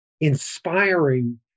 inspiring